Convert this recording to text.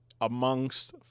amongst